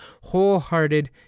wholehearted